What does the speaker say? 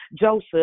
Joseph